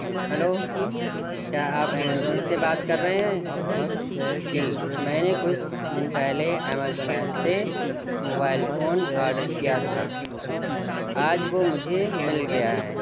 hello کیا آپ Amazon سے بات کر رہے ہیں جی میں نے کچھ دن پہلے ایمیزون ایپ سے موبائل فون آرڈر کیا تھا آج وہ مجھے مل گیا ہے